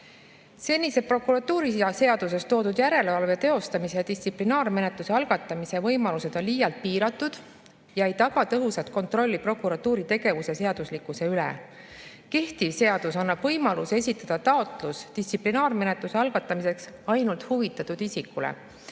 Senised prokuratuuriseaduses [sätestatud] järelevalve teostamise ja distsiplinaarmenetluse algatamise võimalused on liialt piiratud ja ei taga tõhusat kontrolli prokuratuuri tegevuse seaduslikkuse üle. Kehtiv seadus annab distsiplinaarmenetluse algatamiseks taotluse esitamise